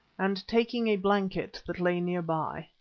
and taking a blanket that lay near by,